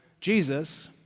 Jesus